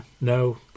no